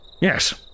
Yes